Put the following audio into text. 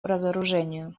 разоружению